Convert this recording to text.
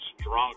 stronger